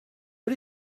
but